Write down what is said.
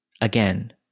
Again